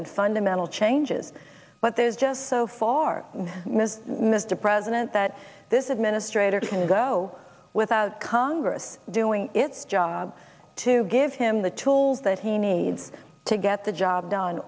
and fundamental changes but there's just so far as mr president that this administrator can go without congress doing it's job to give him the tools that he needs to get the job done